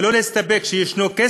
ולא להסתפק בכך שיש כסף